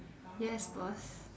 yes boss